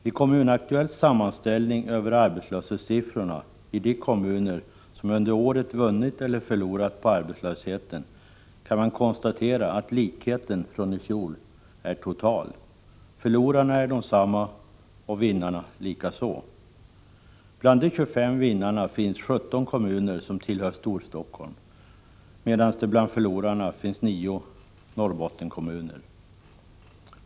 I Kommunaktuellts sammanställning över arbetslöshetssiffrorna i de kommuner som under året vunnit eller förlorat på arbetslösheten kan man konstatera att likheten från i fjol är total. Förlorarna är desamma, vinnarna likaså. Bland de 25 vinnarna finns 17 kommuner som tillhör Storstockholm, medan det bland förlorarna finns 9 Norrbottenskommuner.